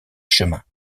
chemin